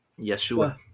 Yeshua